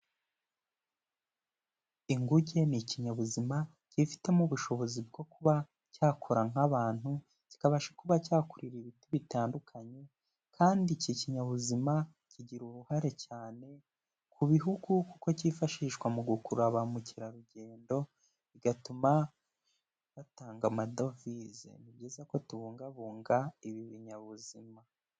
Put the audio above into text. Inguge ni ikinyabuzima kifitemo ubushobozi bwo kuba cyakora nk'abantu, kikabasha kuba cyakurira ibiti bitandukanye kandi iki kinyabuzima kigira uruhare cyane ku bihugu, kuko cyifashishwa mu gukurura ba mukerarugendo, bigatuma batanga amadovize, ni byiza ko tubungabunga ibi binyabuzima.